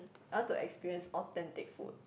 I want to experience authentic food